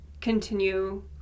continue